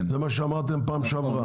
זה מה שאמרתם פעם שעברה.